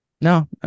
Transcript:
no